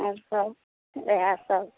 आओर सभ उएह सभ